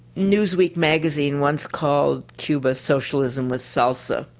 newsweek magazine once called cuba socialism with salsa.